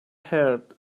heart